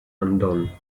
undone